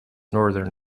northern